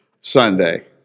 Sunday